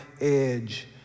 edge